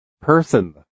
Person